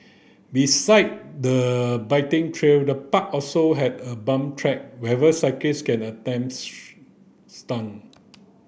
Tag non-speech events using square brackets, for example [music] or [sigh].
beside the biking trail the park also has a pump track where cyclist can attempt [unintelligible] stunt